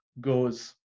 goes